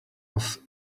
was